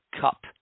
Cup